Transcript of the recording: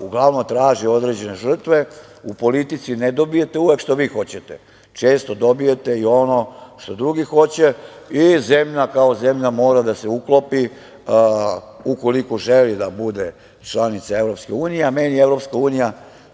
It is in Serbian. uglavnom traži određene žrtve. U politici ne dobijete uvek što vi hoćete, često dobijete i ono što drugi hoće i zemlja kao zemlja mora da se uklopi ukoliko želi da bude članica EU, a meni EU